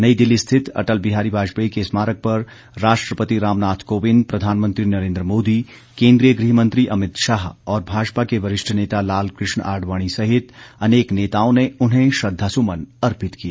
नई दिल्ली स्थित अटल बिहारी वाजपेयी के स्मारक पर राष्ट्रपति रामनाथ कोविंद प्रधानमंत्री नरेंद्र मोदी केंद्रीय गृह मंत्री अमित शाह और भाजपा के वरिष्ठ नेता लाल कृष्ण आडवाणी सहित अनेक नेताओं ने उन्हें श्रद्वासुमन अर्पित किए